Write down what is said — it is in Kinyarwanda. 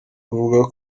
uvuga